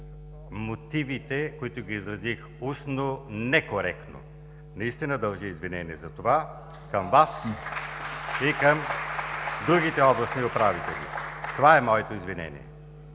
мотивите, които изразих устно некоректно. Наистина дължа извинение за това (ръкопляскания от ГЕРБ) и към другите областни управители. Това е моето извинение.